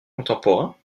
contemporain